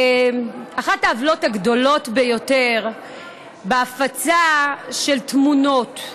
אחת העוולות הגדולות ביותר בהפצה של תמונות,